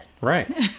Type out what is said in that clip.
Right